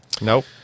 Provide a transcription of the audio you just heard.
Nope